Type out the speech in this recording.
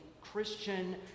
Christian